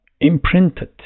imprinted